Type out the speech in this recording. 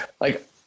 like-